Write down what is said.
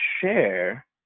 share